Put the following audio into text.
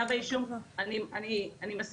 אני כן